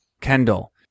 Kendall